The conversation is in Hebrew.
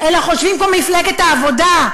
אלא חושבים כמו מפלגת העבודה,